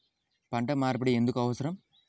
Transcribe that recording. పంట మార్పిడి ఎందుకు అవసరం?